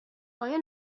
آیا